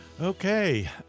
Okay